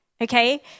okay